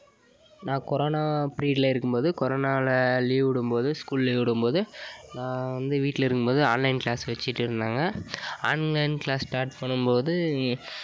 நான் கொரோனா ப்ரீயட்டில் இருக்கும் போது கொரோனாவில் லீவ் விடும் போது ஸ்கூல் லீவ் விடும் போது நான் வந்து வீட்டில் இருக்கும் போது ஆன்லைன் க்ளாஸ் வச்சிட்டு இருந்தாங்க ஆன்லைன் க்ளாஸ் ஸ்டார்ட் பண்ணும்போது